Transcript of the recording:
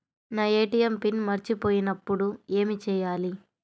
నా ATM PIN మర్చిపోయినప్పుడు ఏమి చేయాలి?